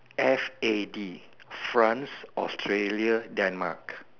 F A D France Australia Denmark